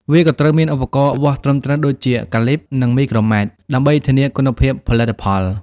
វាក៏ត្រូវមាន ឧបករណ៍វាស់ត្រឹមត្រូវ ដូចជាកាលីប (Calipers) និងមីក្រូម៉ែត្រ (Micrometers) ដើម្បីធានាគុណភាពផលិតផល។